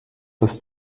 das